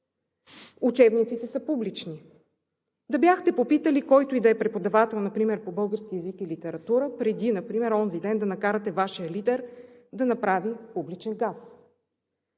Учебниците са публични. Да бяхте попитали който да е преподавател, например по български език и литература, преди например онзи ден да накарате Вашия лидер да направи публичен гаф.